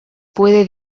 puede